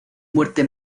muerte